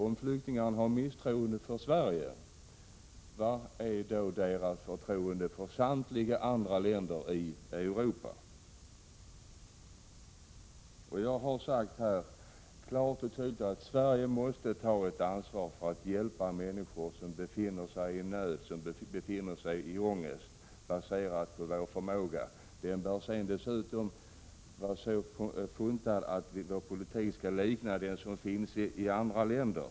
Om de har misstroende mot Sverige, vad är då deras förtroende för samtliga andra länder i Europa? Jag har sagt klart och tydligt att Sverige måste ta ett ansvar för att hjälpa människor som befinner sig i nöd och som befinner sig i ångest — detta baserat på vår förmåga. Vår politik bör dessutom vara så funtad att den liknar den som finns i andra länder.